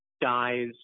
dies